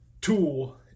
tool